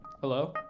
Hello